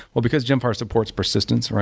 well, because gemfire supports persistence,